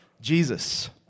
Jesus